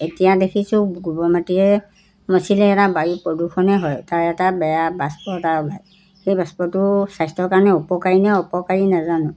এতিয়া দেখিছোঁ গোবৰ মাটিৰে মচিলে এটা বায়ু প্ৰদূষণেই হয় তাৰ এটা বেয়া বাস্প এটা ওলায় সেই বাস্পটো স্বাস্থ্যৰ কাৰণে উপকাৰী নে অপকাৰী নাজানো